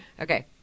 Okay